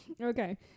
okay